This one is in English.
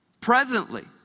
Presently